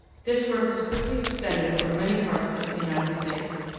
this work was quickly extended over many parts of the united states.